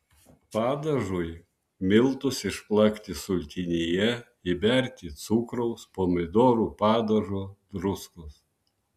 padažui miltus išplakti sultinyje įberti cukraus pomidorų padažo druskos